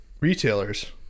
retailers